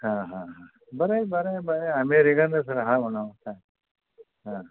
हां हां हां बरं आहे बरं आहे बरं आहे अमेरिकनच राहा म्हणावं काय हां